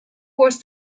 was